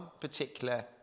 particular